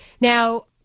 Now